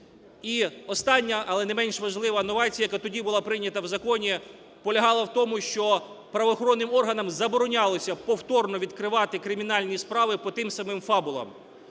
І остання, але не менш важлива новація яка тоді була прийнята в законі, полягала в тому, що правоохоронним органам заборонялося повторно відкривати кримінальні справи по тим самим фабулам,